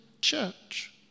church